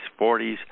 40s